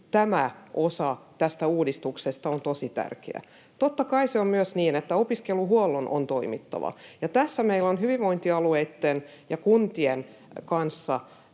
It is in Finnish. tämä osa tästä uudistuksesta on tosi tärkeä. Totta kai on myös niin, että opiskeluhuollon on toimittava, ja tässä meillä on hyvinvointialueitten ja kuntien kanssa